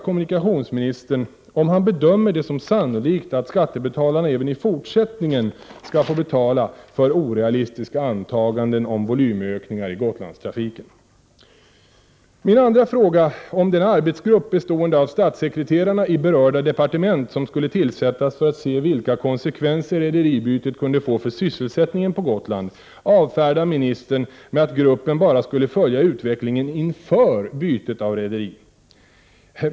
Min andra fråga, om den arbetsgrupp bestående av statssekreterarna i berörda departement som skulle tillsättas för att se vilka konsekvenser rederibytet kunde få för sysselsätttningen på Gotland, avfärdar ministern med att gruppen bara skulle följa utvecklingen ”inför” bytet av rederi.